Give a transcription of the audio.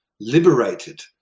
liberated